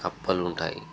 కప్పలు ఉంటాయి